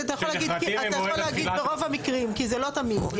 אתה יכול להגיד ברוב המקרים, כי זה לא תמיד.